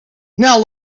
now